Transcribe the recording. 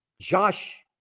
Josh